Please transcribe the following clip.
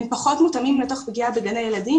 הם פחות מתואמים לפגיעה בתוך גני ילדים,